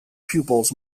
pupils